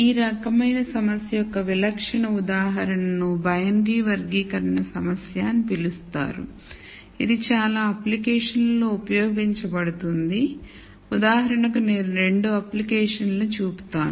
ఈ రకమైన సమస్య యొక్క విలక్షణ ఉదాహరణను బైనరీ వర్గీకరణ సమస్య అని పిలుస్తారు ఇది చాలా అప్లికేషన్లలో ఉపయోగించబడుతుంది ఉదాహరణకు నేను 2 అప్లికేషన్లను ఎత్తి చూపుతాను